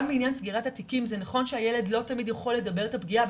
גם לעניין סגירת התיקים זה נכון שהילד לא תמיד יכול לדבר את הפגיעה,